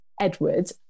Edward